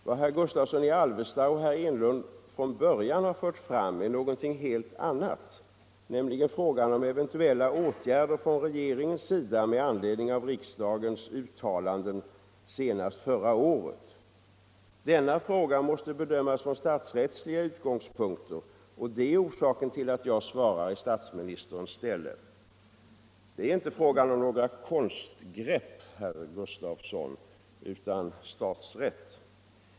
Vad herr Gustavsson i Alvesta och herr Enlund från början har fört fram är någonting helt annat, nämligen frågan om eventuella åtgärder av regeringen med anledning av riksdagens uttalanden, senast förra året. Denna fråga måste bedömas från statsrättsliga utgångspunkter, och det är orsaken till att jag svarar i statsministerns ställe. Här rör det sig inte om några konstgrepp, herr Gustavsson i Alvesta, utan om statsrätt.